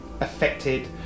affected